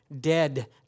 dead